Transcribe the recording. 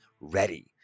ready